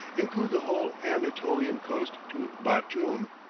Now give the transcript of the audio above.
include the whole anatolian coast to batoum.